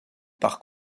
par